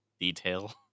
detail